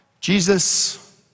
Jesus